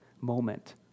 moment